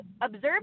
observe